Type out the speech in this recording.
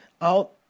out